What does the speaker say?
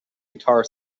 guitar